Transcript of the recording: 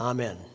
Amen